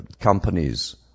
companies